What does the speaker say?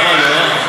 למה לא?